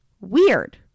Weird